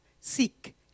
seek